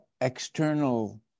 external